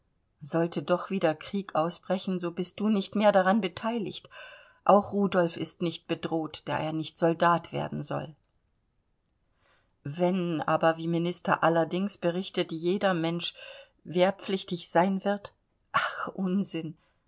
sollte doch wieder krieg ausbrechen so bist du nicht mehr daran beteiligt auch rudolf ist nicht bedroht da er nicht soldat werden soll wenn aber wie minister allerdings berichtet jeder mensch wehrpflichtig sein wird ach unsinn